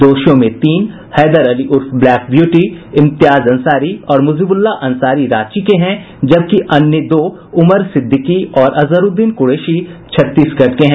दोषियों में से तीन हैदर अली उर्फ ब्लैक ब्यूटी इम्तियाज अंसारी और मुजिबुल्लाह अंसारी रांची के हैं जबकि अन्य दो उमर सिद्दीकी और अजहरउद्दीन कुरैशी छत्तीसगढ़ के हैं